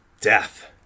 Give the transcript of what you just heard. death